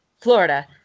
Florida